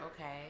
Okay